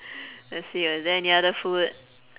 let's see uh is there any other food